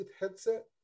headset